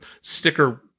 sticker